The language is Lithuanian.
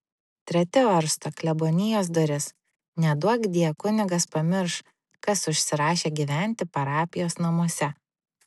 treti varsto klebonijos duris neduokdie kunigas pamirš kas užsirašė gyventi parapijos namuose